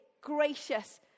gracious